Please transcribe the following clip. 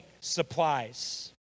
supplies